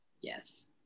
Yes